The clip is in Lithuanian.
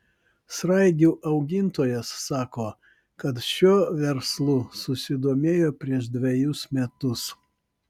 sraigių augintojas sako kad šiuo verslu susidomėjo prieš dvejus metus